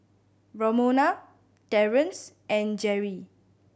Romona Terence and Jerrie